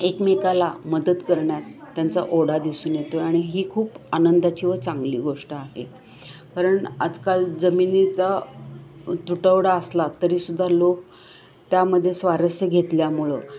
एकमेकाला मदत करण्यात त्यांचा ओढा दिसून येतोय आणि ही खूप आनंदाची व चांगली गोष्ट आहे कारण आजकाल जमिनीचा तुटवडा असला तरीसुद्धा लोक त्यामध्ये स्वारस्य घेतल्यामुळं